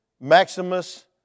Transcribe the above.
Maximus